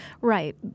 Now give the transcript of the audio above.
Right